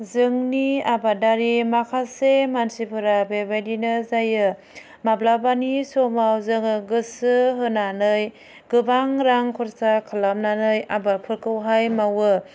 जोंनि आबादारि माखासे मानसिफोरा बेबायदिनो जायो माब्लाबानि समाव जोङो गोसो होनानै गोबां रां खरसा खालामनानै आबादफोरखौहाय मावो